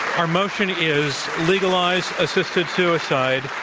our motion is legalize assisted suicide.